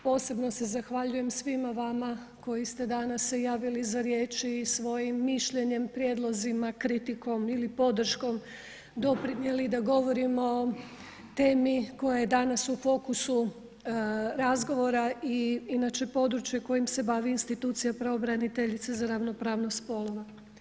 Posebno se zahvaljujem svima vama koji ste danas se javili za riječ i svojim mišljenjem, prijedlozima, kritikom ili podrškom doprinijeli da govorimo o temi koja je danas u fokusu razgovora i inače područje kojim se bavi pravobraniteljice za ravnopravnost spolova.